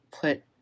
put